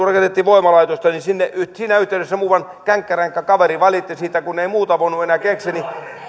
rakennettiin voimalaitosta niin siinä yhteydessä muuan känkkäränkkä kaveri valitti siitä kun ei muuta voinut enää keksiä